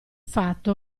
fatto